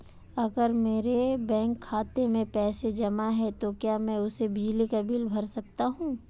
अगर मेरे बैंक खाते में पैसे जमा है तो क्या मैं उसे बिजली का बिल भर सकता हूं?